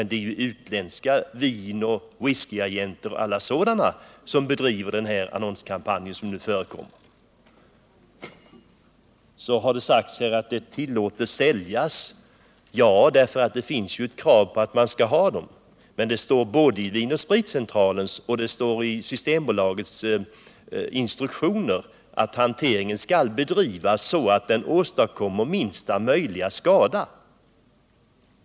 Det är utländska vinoch viskyagenter som bedriver den annonskampanj som nu förekommer. Som ett argument för reklamen har man anfört att varorna ändå tillåts säljas. Ja, därför att det finns ett krav på att man skall ha dem. Men det står i Vin & Spritcentralens och Systembolagets instruktioner att hanteringen skall bedrivas så att den åstadkommer minsta möjliga skada.